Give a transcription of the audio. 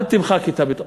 אל תמחק את הביטחון.